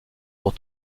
sont